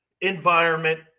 environment